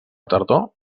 tardor